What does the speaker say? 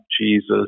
Jesus